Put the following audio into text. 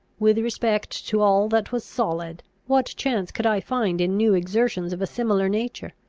with respect to all that was solid, what chance could i find in new exertions of a similar nature?